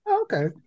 Okay